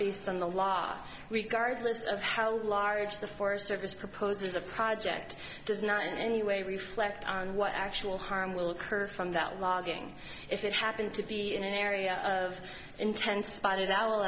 based on the law our regard list of how large the forest service proposes a project does not in any way reflect on what actual harm will occur from that logging if it happened to be in an area of intense spotted owl